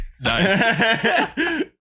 Nice